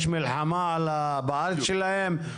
יש מלחמה על הבית שלהם,